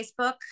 Facebook